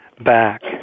back